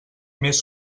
més